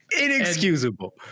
Inexcusable